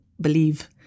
believe